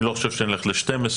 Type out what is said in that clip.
אני לא חושב שנלך ל-12,